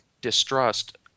distrust